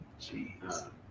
Jeez